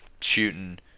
shooting